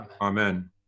Amen